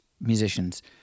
musicians